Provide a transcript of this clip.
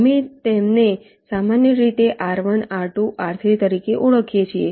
અમે તેમને સામાન્ય રીતે r1 r2 r3 તરીકે ઓળખીએ છીએ